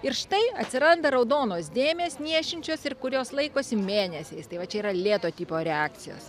ir štai atsiranda raudonos dėmės niešinčios ir kurios laikosi mėnesiais tai va čia yra lėto tipo reakcijos